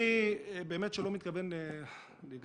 אני באמת לא מתכוון להיגרר.